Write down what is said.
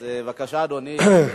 בבקשה, אדוני,